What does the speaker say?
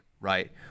right